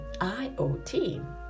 iot